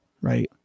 Right